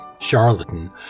charlatan